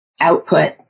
output